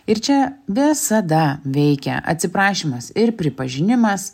ir čia visada veikia atsiprašymas ir pripažinimas